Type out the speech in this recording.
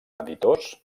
editors